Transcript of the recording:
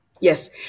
Yes